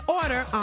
order